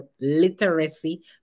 literacy